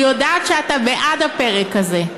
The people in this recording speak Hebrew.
אני יודעת שאתה בעד הפרק הזה.